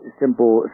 simple